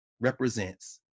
represents